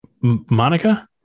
Monica